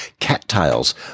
cattails